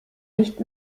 nicht